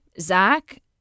Zach